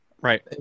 Right